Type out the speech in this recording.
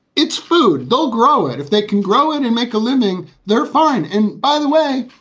it's food. they'll grow it if they can grow it and make a living. they're fine. and by the way,